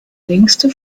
längste